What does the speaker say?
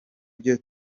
byo